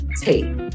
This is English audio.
tape